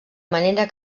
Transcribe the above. manera